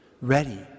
ready